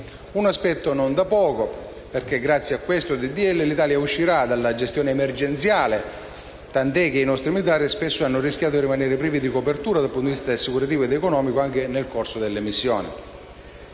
un aspetto non da poco perché, grazie a questo disegno di legge, l'Italia uscirà da quella gestione emergenziale a causa della quale i nostri militari spesso hanno rischiato di rimanere privi di copertura dal punto di vista assicurativo ed economico, anche nel corso delle missioni.